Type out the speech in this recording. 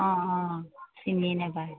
অঁ অঁ চিনি নেপায়